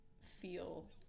feel